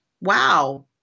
wow